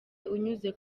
unyuze